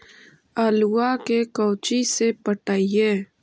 आलुआ के कोचि से पटाइए?